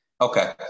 Okay